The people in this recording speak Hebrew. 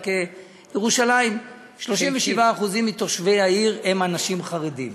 בירושלים, 37% מתושבי העיר הם אנשים חרדים.